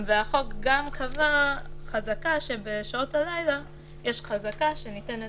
החוק גם קבע חזקה שבשעות הלילה יש חזקה שניתנת